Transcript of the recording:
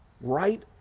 right